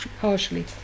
harshly